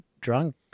drunk